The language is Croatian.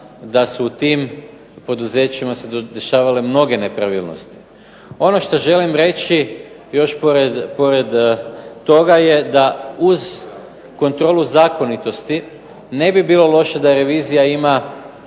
da su u tim poduzećima dešavale se mnoge nepravilnosti. Ono što želim reći još pored toga je da uz kontrolu zakonitosti ne bi bilo loše da revizija ima